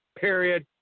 period